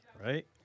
Right